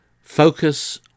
Focus